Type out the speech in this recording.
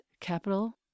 capital